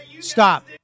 Stop